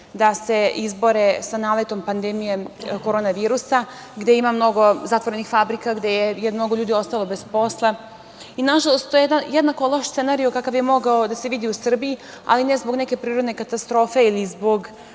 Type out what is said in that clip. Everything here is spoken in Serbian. da se izbore sa naletom pandemije korona virusa, gde ima mnogo zatvorenih fabrika, gde je mnogo ljudi ostalo bez posla. Nažalost, to je jednako loš scenario kakav je mogao da se vidi u Srbiji, ali ne zbog neke prirodne katastrofe ili zbog